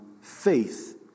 faith